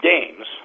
games